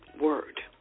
word